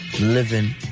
Living